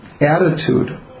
attitude